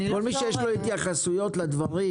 מי מהנציגים שיש לו התייחסות לדברים,